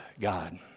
God